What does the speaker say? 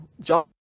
John